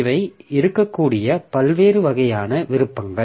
இவை இருக்கக்கூடிய பல்வேறு வகையான விருப்பங்கள்